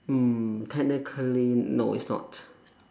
mm technically no it's not